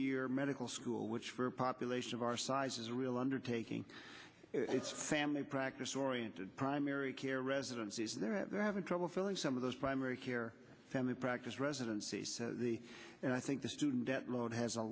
year medical school which for a population of our size is a real undertaking it's family practice oriented primary care residencies and they're having trouble filling some of those primary care family practice residency and i think the student loan has a